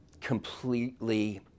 completely